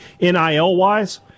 NIL-wise